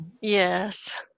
Yes